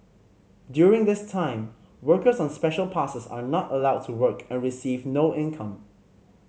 during this time workers on Special Passes are not allowed to work and receive no income